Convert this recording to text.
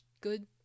good